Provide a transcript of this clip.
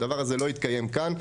הדבר הזה לא יתקיים כאן.